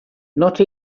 not